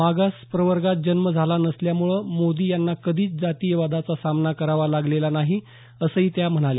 मागासप्रवर्गात जन्म झाला नसल्यामुळे मोदी यांना कधीच जातीयवादाचा सामना करावा लागलेला नाही असंही त्या म्हणाल्या